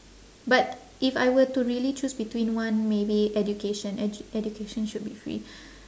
but if I were to really choose between one maybe education edu~ education should be free